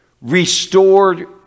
restored